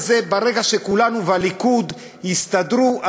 ברגע שכולנו והליכוד יסתדרו,